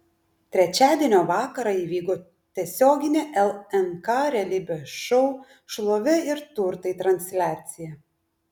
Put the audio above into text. trečiadienio vakarą įvyko tiesioginė lnk realybės šou šlovė ir turtai transliacija